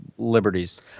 Liberties